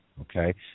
okay